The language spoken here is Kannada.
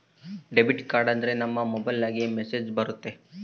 ಡೆಬಿಟ್ ಆದ್ರೆ ನಮ್ ಮೊಬೈಲ್ಗೆ ಮೆಸ್ಸೇಜ್ ಬರುತ್ತೆ